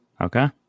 Okay